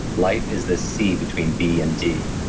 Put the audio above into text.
life is the c between b and d.